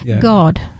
God